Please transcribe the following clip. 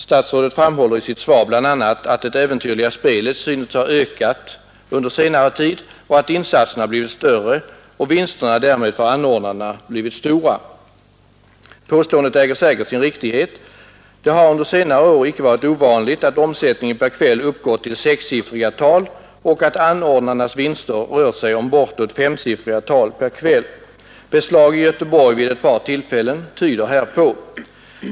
Statsrådet framhåller i sitt svar bl.a. att det äventyrliga spelet synes ha ökat under senare tid, att insatserna blivit större och att vinsterna därmed för anordnarna blivit stora. Påståendet äger säkert sin riktighet. Det har under senare tid icke varit ovanligt att anordnarnas vinster rört sig om bortåt femsiffriga tal per kväll. Beslag i Göteborg vid ett par tillfällen tyder härpå.